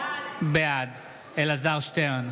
בעד אלעזר שטרן,